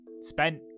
Spent